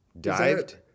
Dived